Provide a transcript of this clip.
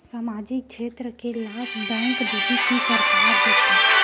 सामाजिक क्षेत्र के लाभ बैंक देही कि सरकार देथे?